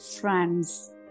friends